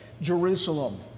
Jerusalem